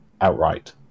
outright